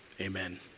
amen